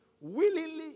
willingly